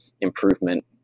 improvement